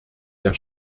der